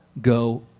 Go